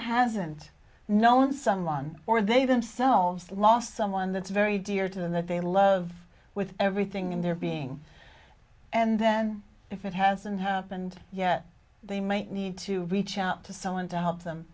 hasn't known someone or they themselves lost someone that's very dear to them that they love with everything in their being and then if it hasn't happened yet they might need to reach out to someone to help them